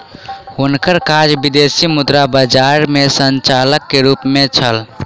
हुनकर काज विदेशी मुद्रा बजार में संचालक के रूप में छल